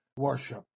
worship